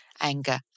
anger